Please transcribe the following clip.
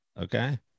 Okay